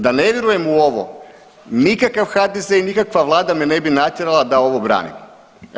Da ne vjerujem u ovo, nikakav HDZ i nikakva Vlada me ne bi natjerala da ovo branim.